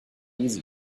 easy